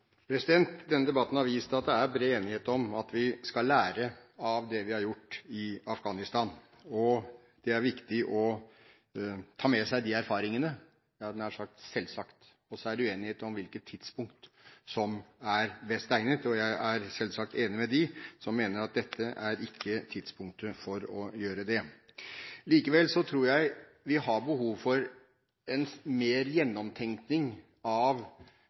minutter. Denne debatten har vist at det er bred enighet om at vi skal lære av det vi har gjort i Afghanistan. Det er viktig å ta med seg de erfaringene – jeg hadde nær sagt selvsagt – og så er det uenighet om hvilket tidspunkt som er best egnet. Jeg er selvsagt enig med dem som mener at dette ikke er tidspunktet for å gjøre det. Likevel tror jeg vi har behov for mer gjennomtenkning av